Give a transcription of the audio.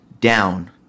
down